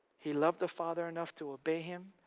he loved the father enough to obey him,